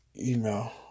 email